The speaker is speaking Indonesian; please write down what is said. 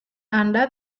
anda